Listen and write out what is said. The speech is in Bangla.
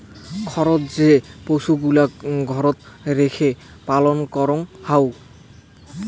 খারর যে পশুগিলাকে ঘরত রেখে পালন করঙ হউ